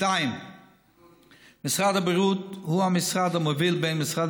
2. משרד הבריאות הוא המשרד המוביל בין משרדי